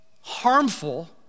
harmful